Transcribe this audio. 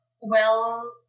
well-